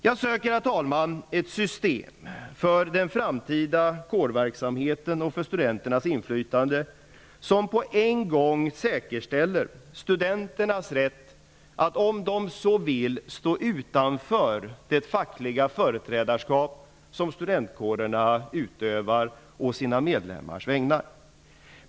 Jag söker, herr talman, ett system för den framtida kårverksamheten och för studenternas inflytande som säkerställer studenternas rätt att, om de så vill, stå utanför det fackliga företrädarskap som studentkårerna utövar å sina medlemmars vägnar.